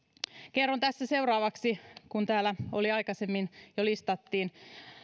kerron tässä seuraavaksi kun täällä aikaisemmin jo listattiin